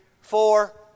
four